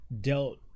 dealt